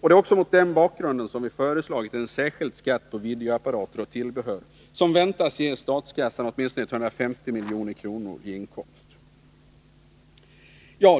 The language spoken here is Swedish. Det är också mot den bakgrunden som vi föreslagit en särskild skatt på videoapparater och tillbehör som väntas ge statskassan åtminstone 150 milj.kr. i inkomst.